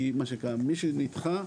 כי מי שנדחה,